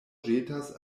ĵetas